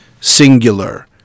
singular